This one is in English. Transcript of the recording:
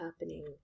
happening